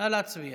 נא להצביע.